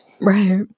Right